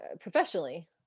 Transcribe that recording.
professionally